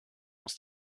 aus